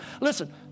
Listen